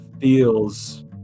feels